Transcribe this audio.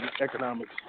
economics